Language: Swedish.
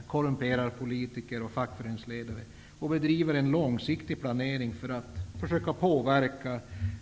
De korrumperar politiker och fackföreningsledare, och de bedriver dessutom långsiktig planering för att försöka påverka